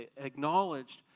acknowledged